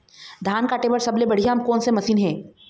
धान काटे बर सबले बढ़िया कोन से मशीन हे?